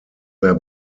mehr